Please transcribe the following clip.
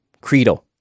credo